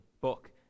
book